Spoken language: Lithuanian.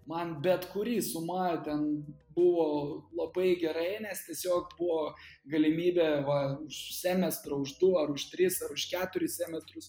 man bet kuri suma ten buvo labai gerai nes tiesiog buvo galimybė va už semestrą už du ar už tris ar už keturis semestrus